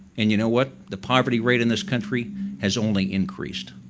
and you know what? the poverty rate in this country has only increased.